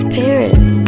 parents